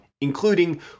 including